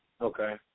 Okay